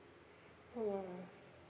hmm